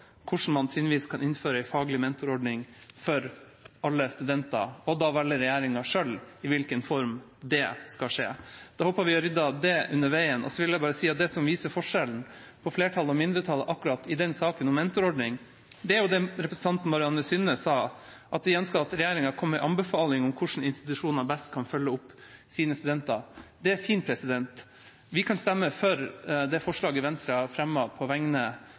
hvordan man trinnvis kan innføre en faglig mentorordning for alle studenter, og da velger regjeringa selv i hvilken form det skal skje. Da håper jeg vi har ryddet det av veien. Så vil jeg si at det som viser forskjellen på flertallet og mindretallet i saken om mentorordning, er det representanten Marianne Synnes sa om at de ønsker at regjeringa kommer med en anbefaling om hvordan institusjoner best kan følge opp sine studenter. Det er fint. Vi kan stemme for forslaget Venstre har fremmet på vegne